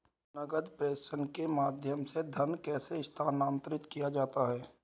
नकद प्रेषण के माध्यम से धन कैसे स्थानांतरित किया जाता है?